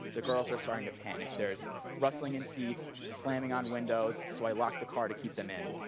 the girls are starting to panic. there's rustling in seats, slamming on windows, so i lock the car to keep them in.